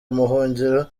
ubuhungiro